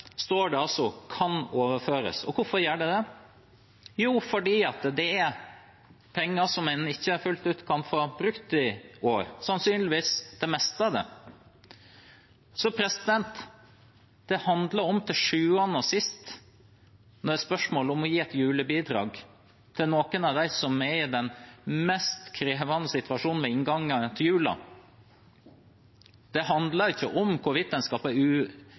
står det altså «kan overføres». Hvorfor gjør det det? Jo, fordi det er penger en ikke fullt ut kan få brukt i år, sannsynligvis det meste av dem. Dette handler til sjuende og sist om å gi et julebidrag til noen av dem som er i den mest krevende situasjonen ved inngangen til julen. Det handler ikke om hvorvidt en